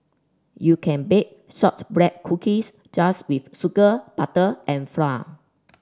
you can bake shortbread cookies just with sugar butter and flour